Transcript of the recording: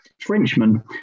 Frenchman